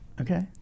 Okay